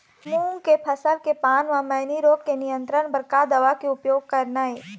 मूंग के फसल के पान म मैनी रोग के नियंत्रण बर का दवा के उपयोग करना ये?